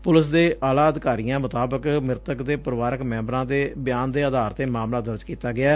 police ਦੇ ਆਲਾ ਅਧਿਕਾਰੀਆਂ ਮੁਤਾਬਕ ਮੁਿਤਕ ਦੇ ਪਰਿਵਾਰਕ ਮੈਬਰਾਂ ਦੇ ਬਿਆਨ ਦੇ ਆਧਾਰ ਤੇ ਮਾਮਲਾ ਦਰਜ ਕੀਤਾ ਗਿਐ